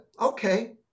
okay